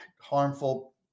harmful